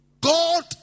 God